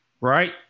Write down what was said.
Right